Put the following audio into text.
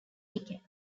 ticket